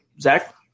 Zach